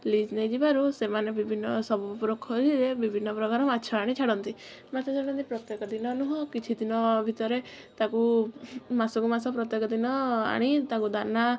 lease ନେଇଯିବାରୁ ସେମାନେ ବିଭିନ୍ନ ସବୁ ପୋଖରୀରେ ବିଭିନ୍ନ ପ୍ରକାର ମାଛ ଆଣି ଛାଡ଼ନ୍ତି ମାଛ ଛାଡ଼ନ୍ତି ପ୍ରତ୍ୟେକ ଦିନ ନୁହଁ କିଛି ଦିନ ଭିତରେ ତାକୁ ମାସକୁ ମାସ ପ୍ରତ୍ୟେକ ଦିନ ଆଣି ତାକୁ ଦାନା